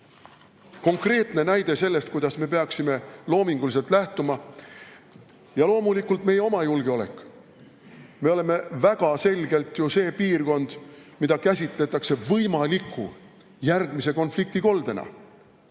Konkreetne näide sellest, kuidas me peaksime loominguliselt lähtuma. Loomulikult meie oma julgeolek. Me oleme väga selgelt piirkond, mida käsitatakse võimaliku järgmise konfliktikoldena.